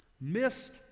missed